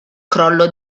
crollo